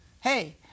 hey